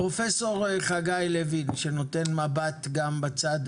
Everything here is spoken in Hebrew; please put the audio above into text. פרופ' חגי לוין, שנותן מבט בצד